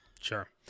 Sure